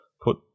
put